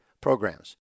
programs